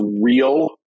real